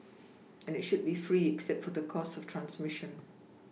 and it should be free except for the cost of transMission